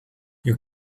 you